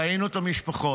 ראינו את המשפחות,